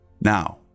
Now